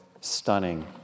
stunning